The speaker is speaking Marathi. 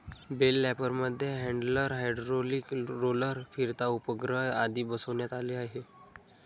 बेल रॅपरमध्ये हॅण्डलर, हायड्रोलिक रोलर, फिरता उपग्रह आदी बसवण्यात आले आहे